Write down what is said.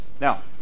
Now